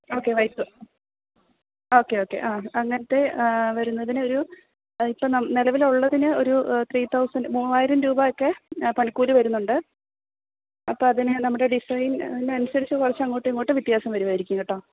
okay okay okay ആ അങ്ങനെത്തെ വരുന്നതിനൊരു ഇപ്പോള് നിലവിലുള്ളതിന് ഒരു ത്രീ തൗസന്ഡ് മൂവായിരം രൂപായൊക്കെ പണിക്കൂലി വരുന്നുണ്ട് അപ്പോള് അതിന് നമ്മുടെ ഡിസൈനിന് അനുസരിച്ച് കുറച്ചങ്ങോട്ടും ഇങ്ങോട്ടും വ്യത്യാസം വരുമായിരിക്കും കേട്ടോ